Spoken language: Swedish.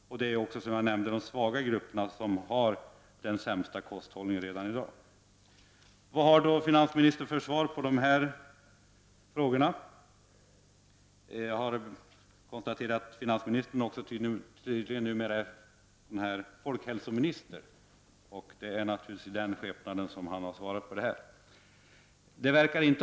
Som jag tidigare nämnde är det alltså de svaga grupperna som redan i dag har den sämsta kosthållningen. Vad har då finansministern för svar på dessa frågor? Jag konstaterar att finansministern tydligen numera också är folkhälsominister, och det är naturligtvis i den skepnaden som han har svarat på min interpellation.